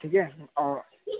ठीक है और